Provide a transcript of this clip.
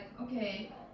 okay